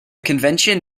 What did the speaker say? convention